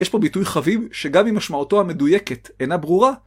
יש פה ביטוי חביב, שגם אם משמעותו המדויקת אינה ברורה